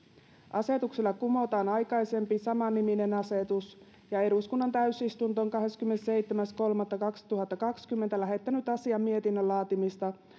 asetuksella kumotaan aikaisempi samanniminen asetus eduskunnan täysistunto on kahdeskymmenesseitsemäs kolmatta kaksituhattakaksikymmentä lähettänyt asian mietinnön laatimista